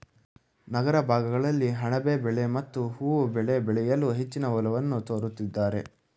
ನಗರ ಭಾಗಗಳಲ್ಲಿ ಅಣಬೆ ಬೆಳೆ ಮತ್ತು ಹೂವು ಬೆಳೆ ಬೆಳೆಯಲು ಹೆಚ್ಚಿನ ಒಲವನ್ನು ತೋರಿಸುತ್ತಿದ್ದಾರೆ